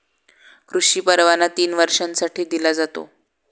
कृषी परवाना तीन वर्षांसाठी दिला जातो